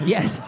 Yes